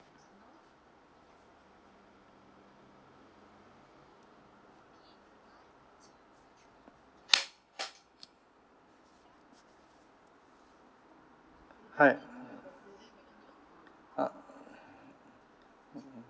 hi uh